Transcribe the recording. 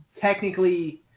technically